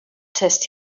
test